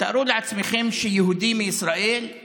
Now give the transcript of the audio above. תארו לעצמכם שיהודי מישראל,